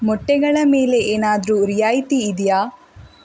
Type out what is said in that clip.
ಮೊಟ್ಟೆಗಳ ಮೇಲೆ ಏನಾದರೂ ರಿಯಾಯಿತಿ ಇದೆಯಾ